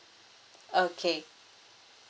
okay